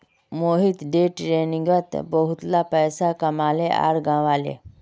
Amit day ट्रेडिंगत बहुतला पैसा कमाले आर गंवाले